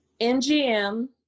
NGM